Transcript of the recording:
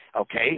Okay